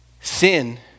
Sin